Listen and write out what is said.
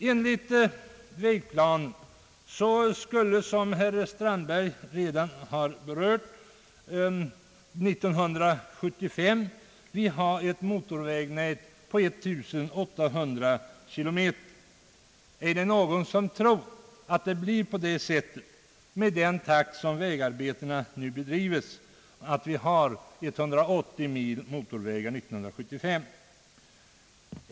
Enligt vägplanen skulle vi, som herr Strandberg redan har berört, år 1975 ha ett motorvägnät på 1800 kilometer. Är det någon som tror att vi, med den takt som vägarbetena nu bedrivs i, kommer att ha 180 mil motorvägar 1975?